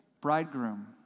Bridegroom